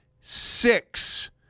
six